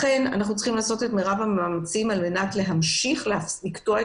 עלינו לעשות את מירב המאמצים לקטוע את